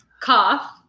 cough